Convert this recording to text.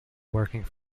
working